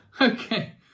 okay